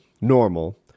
normal